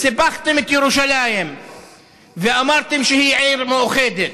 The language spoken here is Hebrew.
סיפחתם את ירושלים ואמרתם שהיא עיר מאוחדת.